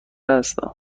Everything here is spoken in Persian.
هستم